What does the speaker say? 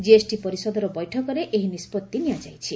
GST ପରିଷଦର ବୈଠକରେ ଏହି ନିଷ୍କଭି ନିଆଯାଇଛି